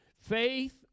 faith